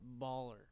baller